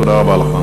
תודה רבה לך.